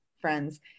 friends